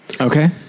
Okay